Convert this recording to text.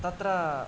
तत्र